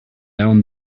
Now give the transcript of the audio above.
down